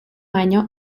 año